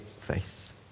face